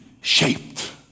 shaped